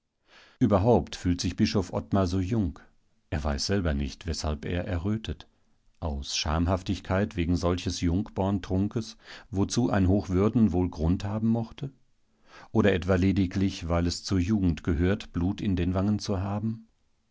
überhaupt fühlt sich bischof ottmar so jung er weiß selber nicht weshalb er errötet aus schamhaftigkeit wegen solches jungborntrunkes wozu ein hochwürden wohl grund haben mochte oder etwa lediglich weil es zur jugend gehört blut in den wangen zu haben